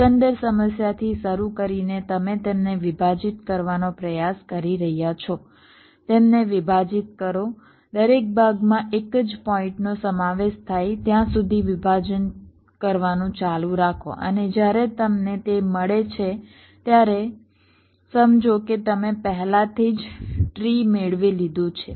એકંદર સમસ્યાથી શરૂ કરીને તમે તેમને વિભાજીત કરવાનો પ્રયાસ કરી રહ્યા છો તેમને વિભાજીત કરો દરેક ભાગમાં એક જ પોઇન્ટનો સમાવેશ થાય ત્યાં સુધી વિભાજન કરવાનું ચાલુ રાખો અને જ્યારે તમને તે મળે છે ત્યારે સમજો કે તમે પહેલાથી જ ટ્રી મેળવી લીધું છે